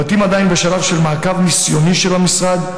הבתים עדיין בשלב של מעקב ניסיוני של המשרד.